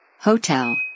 Hotel